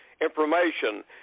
information